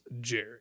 Jerry